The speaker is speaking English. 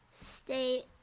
State